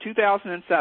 2007